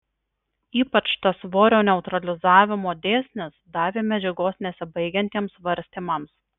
ypač tas svorio neutralizavimo dėsnis davė medžiagos nesibaigiantiems svarstymams